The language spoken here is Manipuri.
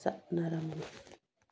ꯆꯠꯅꯔꯝꯃꯤ